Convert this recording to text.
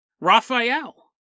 Raphael